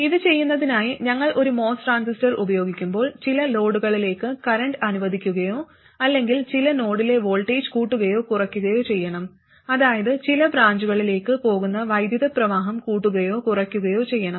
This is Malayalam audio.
ഇത് ചെയ്യുന്നതിനായി ഞങ്ങൾ ഒരു MOS ട്രാൻസിസ്റ്റർ ഉപയോഗിക്കുമ്പോൾ ചില ലോഡുകളിലേക്ക് കറന്റ് അനുവദിക്കുകയോ അല്ലെങ്കിൽ ചില നോഡിലെ വോൾട്ടേജ് കൂട്ടുകയോ കുറയ്ക്കുകയോ ചെയ്യണം അതായത് ചില ബ്രാഞ്ചുകളിലേക്ക് പോകുന്ന വൈദ്യുത പ്രവാഹം കൂട്ടുകയോ കുറയ്ക്കുകയോ ചെയ്യണം